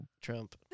Trump